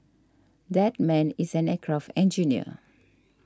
that man is an aircraft engineer